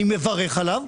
אני מברך עליו,